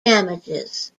damages